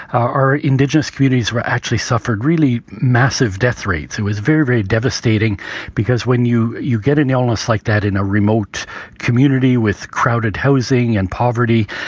our indigenous communities were actually suffered really massive death rates. it was very, very devastating because when you you get an illness like that in a remote community with crowded housing and poverty,